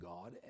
God